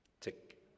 Tick